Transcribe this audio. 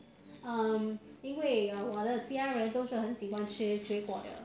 um 因为我的家人都是很喜欢吃水果的